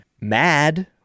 mad